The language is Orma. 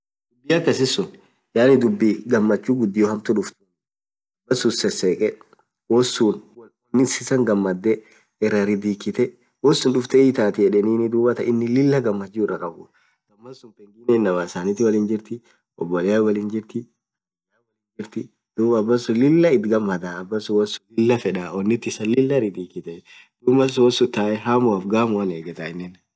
dhubi akasisun yaani dhubii ghamachu ghudio hamtuu dhuftuni malsun sesekhe wonsun onnit issa ghamadhee iraa ridhikithe wonsun dhufthee hiithathi yedhenin dhuathan inin Lilah ghamachu irakhabu ghamadha sunn pengine inamaa ishaathin wolin jirti oboleana wolin jirtii inaman wolin jirtii dhub abasun Lilah itghamdha abasun wonsun Lilah fedhaa onnit issa Lilah ridhikithi dhub malsun wonsun taae hammu ghamuan ighetha